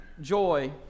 joy